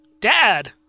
Dad